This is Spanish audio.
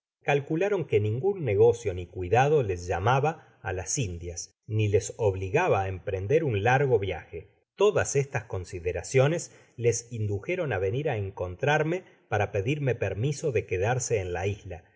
calcularon que ningun negocio ni cuidado les llamaba á las indias ni les obligaba á emprender un largo viaje todas estas consideraciones ies indujeron á venir á encontrarme para pedirme permiso de quedarse en la isla